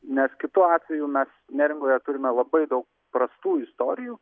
nes kitu atveju mes neringoje turime labai daug prastų istorijų